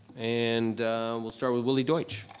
and we'll start with willy deutsch.